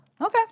Okay